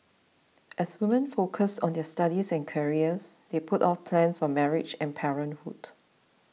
as women focused on their studies and careers they put off plans for marriage and parenthood